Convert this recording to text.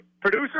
producer